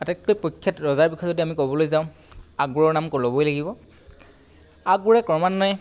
আটাইতকৈ প্ৰখ্যাত ৰজাৰ বিষয়ে যদি আমি ক'বলৈ যাওঁ আকবৰৰ নাম ল'বই লাগিব আকবৰে ক্ৰমান্বয়ে